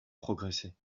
progresser